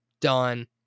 done